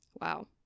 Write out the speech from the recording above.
Wow